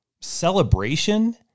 celebration